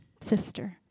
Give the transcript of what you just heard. sister